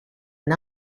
and